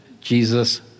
Jesus